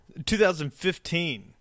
2015